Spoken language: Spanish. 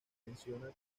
menciona